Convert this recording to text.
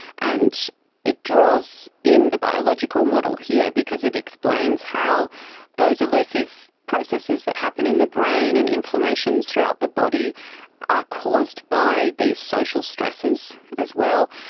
and it draws in the biological model here because it explains how those elusive processes that happen in the brain and inflammations throughout the body are caused by these social stressors as well.